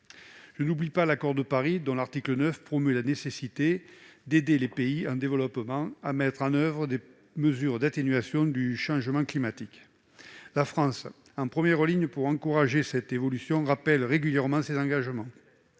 Je n'oublie pas l'accord de Paris, dont l'article 9 promeut la nécessité d'aider les pays en développement à mettre en oeuvre des mesures d'atténuation du changement climatique. La France, en première ligne pour encourager cette évolution, rappelle régulièrement ses engagements.